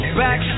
back